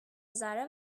ذره